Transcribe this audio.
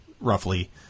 roughly